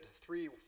three